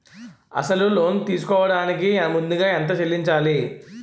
అసలు లోన్ తీసుకోడానికి ముందుగా ఎంత చెల్లించాలి?